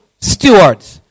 stewards